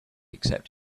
except